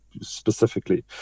specifically